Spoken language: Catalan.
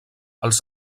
els